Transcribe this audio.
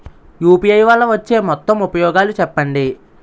UPI వల్ల వచ్చే మొత్తం ఉపయోగాలు చెప్పండి?